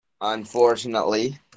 Unfortunately